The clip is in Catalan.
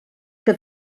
que